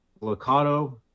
locato